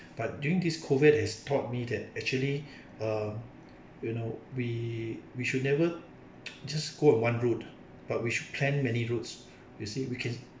but during this COVID has taught me that actually uh you know we we should never just go in one route but we should plan many routes you see we can